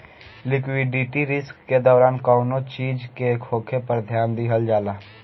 liquidity risk के दौरान कौनो चीज के होखे पर ध्यान दिहल जाला